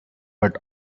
but